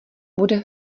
bude